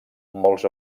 molts